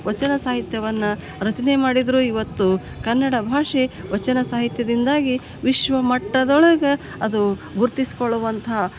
ವಚನ ಸಾಹಿತ್ಯವನ್ನು ರಚನೆ ಮಾಡಿದರು ಇವತ್ತು ಕನ್ನಡ ಭಾಷೆ ವಚನ ಸಾಹಿತ್ಯದಿಂದಾಗಿ ವಿಶ್ವಮಟ್ಟದೊಳಗೆ ಅದು ಗುರುತಿಸ್ಕೊಳ್ಳುವಂಥ